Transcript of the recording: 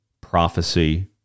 prophecy